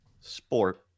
Sport